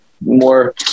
more